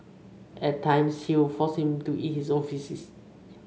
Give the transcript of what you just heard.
at times he would force him to eat his own faeces